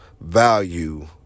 value